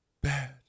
bad